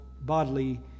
bodily